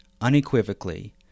unequivocally